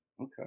okay